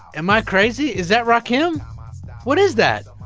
am i crazy? is that rakim? what is that?